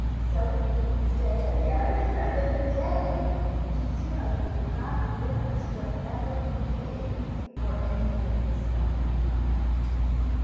so, if we can stay again in the day and just know that we've got within us whatever we need for any of the big stuff that we might have to face.